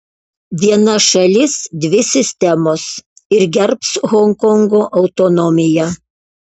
viena šalis dvi sistemos ir gerbs honkongo autonomiją